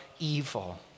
evil